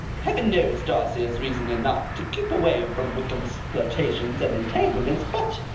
heaven knows darcy has reason enough to keep away from wickham's flirtations and entanglements, but